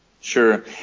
sure